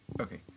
Okay